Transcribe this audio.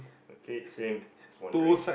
okay same was wondering